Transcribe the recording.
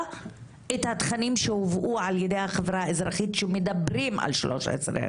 את התכנים שהובאו על ידי החברה האזרחית שמדברים על 1325,